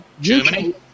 Germany